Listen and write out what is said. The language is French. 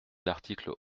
l’article